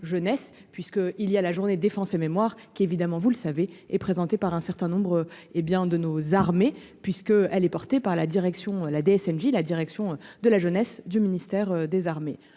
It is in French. jeunesse puisque il y a la journée défense mémoire qui, évidemment, vous le savez, est présenté par un certain nombre. Hé bien de nos armées puisque elle est portée par la direction. L'ADSL J. la direction de la jeunesse du ministère des Armées.